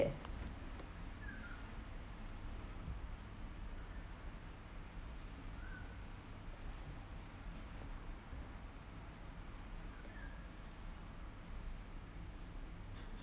yes